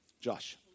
Josh